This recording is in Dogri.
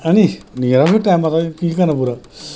आंजी नेईं जरा ओह्नै टैमा